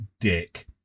dick